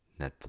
Netflix